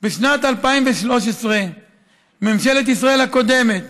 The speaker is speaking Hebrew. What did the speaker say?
בשנת 2013 ממשלת ישראל הקודמת